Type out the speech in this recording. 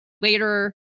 later